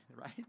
right